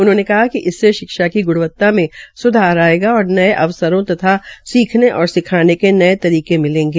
उन्होंने कहा कि इससे शिक्षा की ग्णवता में सुधार आयेगा और नये अवसरों तथा सीखने और सिखानें के नये तरीके मिलेंगे